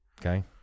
Okay